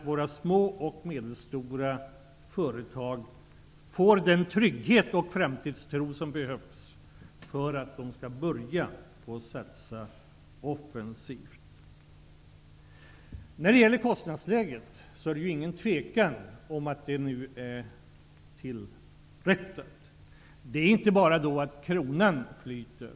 Våra små och medelstora företag måste få den trygghet och framtidstro som behövs för att de skall börja att satsa offensivt. Det är inget tvivel om att kostnadsläget nu har rättats till. Det är inte bara det att kronan flyter.